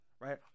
right